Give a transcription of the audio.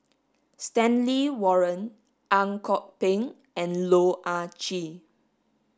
Stanley Warren Ang Kok Peng and Loh Ah Chee